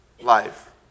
life